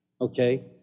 Okay